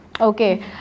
okay